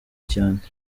cyane